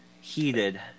heated